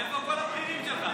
איפה כל הבכירים שלך?